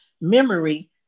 memory